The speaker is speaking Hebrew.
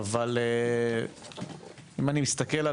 אבל אם אני מסתכל,